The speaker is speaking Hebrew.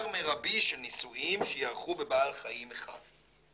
מרבי של ניסויים שייערכו בבעל חיים אחד.